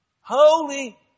Holy